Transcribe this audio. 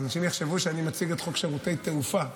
אנשים יחשבו שאני מציג את חוק שירותי תעופה,